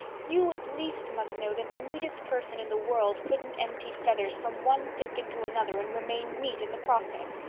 you, at least, must know that the neatest person in the world couldn't empty feathers from one tick into another and remain neat in the process.